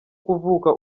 kuvuka